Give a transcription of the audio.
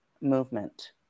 movement